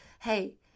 Hey